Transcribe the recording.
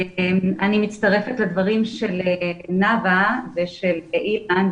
אני מצטרפת לדברים של נאוה ושל אילן.